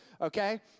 okay